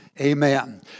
Amen